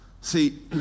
See